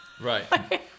right